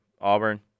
Auburn